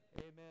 Amen